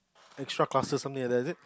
extra classes something like that is it